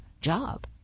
job